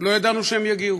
לא ידענו שהם יגיעו.